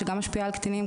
שגם משפיע על קטינים,